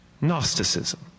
Gnosticism